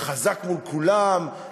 חזק מול כולם,